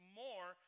more